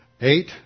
Eight